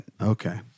Okay